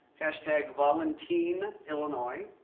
hashtag volunteen illinois,